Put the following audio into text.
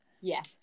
Yes